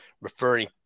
referring